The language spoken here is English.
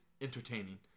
entertaining